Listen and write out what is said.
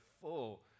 full